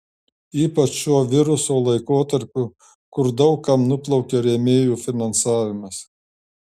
ypač šiuo viruso laikotarpiu kur daug kam nuplaukė rėmėjų finansavimas